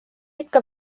ikka